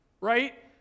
right